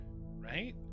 right